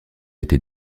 été